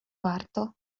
warto